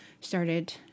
started